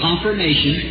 Confirmation